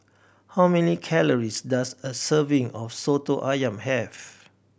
how many calories does a serving of Soto Ayam have